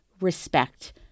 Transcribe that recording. respect